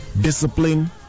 discipline